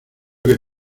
que